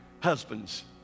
Husbands